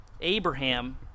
Abraham